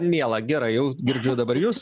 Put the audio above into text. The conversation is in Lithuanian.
miela gera jau girdžiu dabar jus